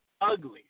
ugly